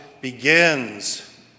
begins